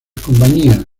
compañías